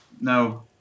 No